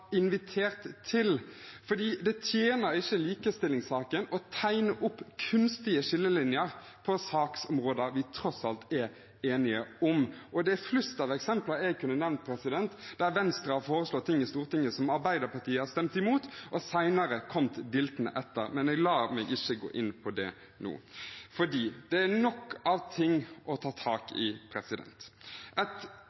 invitert til. Det tjener ikke likestillingssaken å tegne opp kunstige skillelinjer på saksområder vi tross alt er enige om. Det er flust av eksempel jeg kunne nevnt. Venstre har foreslått ting i Stortinget som Arbeiderpartiet har stemt imot og senere kommet diltende etter, men jeg går ikke inn på det nå. Det er nok av ting å ta tak